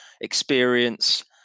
experience